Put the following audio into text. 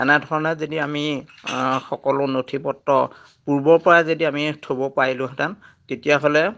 এনেধৰণে যদি আমি সকলো নথি পত্ৰ পূৰ্বৰ পৰাই যদি আমি থ'ব পাৰিলোহেঁতেন তেতিয়াহ'লে